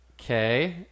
okay